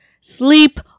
sleep